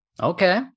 Okay